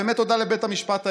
באמת תודה לבית המשפט העליון.